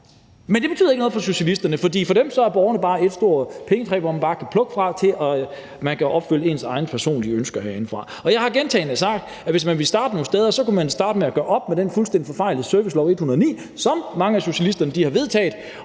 Men det betyder ikke noget for socialisterne, for for dem er borgerne bare et stort pengetræ, som man kan plukke fra, så man kan opfylde ens egne personlige ønsker herindefra. Jeg har gentagne gange sagt, at hvis man vil starte noget sted, kunne man starte med at gøre op med den fuldstændig forfejlede servicelov, nr. 109, som mange af socialisterne har vedtaget,